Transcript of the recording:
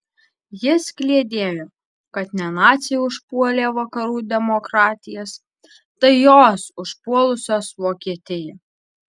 jis kliedėjo kad ne naciai užpuolė vakarų demokratijas tai jos užpuolusios vokietiją